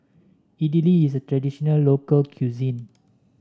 idili is a traditional local cuisine